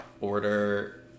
order